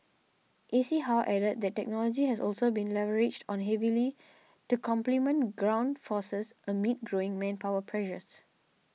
A C how added that technology has also been leveraged on heavily to complement ground forces amid growing manpower pressures